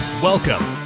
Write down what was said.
Welcome